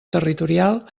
territorial